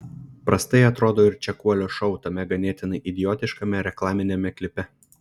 prastai atrodo ir čekuolio šou tame ganėtinai idiotiškame reklaminiame klipe